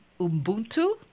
Ubuntu